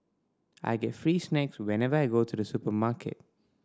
I get free snacks whenever I go to the supermarket